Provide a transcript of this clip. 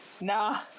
Nah